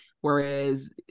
Whereas